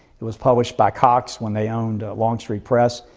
it was published by cox when they owned longstreet press,